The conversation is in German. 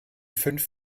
fünf